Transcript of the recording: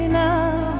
now